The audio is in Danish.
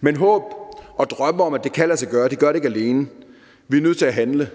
Men håb og drømme om, at det kan lade sig gøre, gør det ikke alene. Vi er nødt til at handle,